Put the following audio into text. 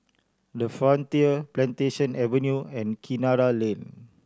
The Frontier Plantation Avenue and Kinara Lane